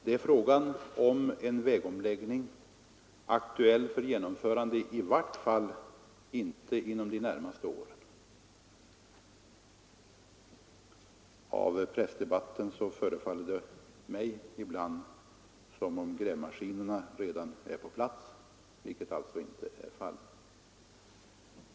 Det är alltså fråga om en vägomläggning som i varje fall inte inom de närmaste åren är aktuell för genomförande. Av pressdebatten förefaller det mig ibland som om grävmaskinerna redan är på plats — vilket således inte är fallet.